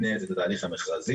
היא מנהלת את התהליך המכרזי.